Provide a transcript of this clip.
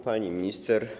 Pani Minister!